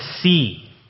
see